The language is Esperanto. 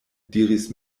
diris